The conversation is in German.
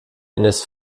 eines